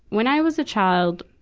when i was a child,